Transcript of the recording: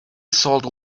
sold